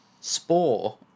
Spore